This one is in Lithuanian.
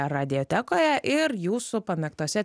radiotekoje ir jūsų pamėgtose